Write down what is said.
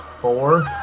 Four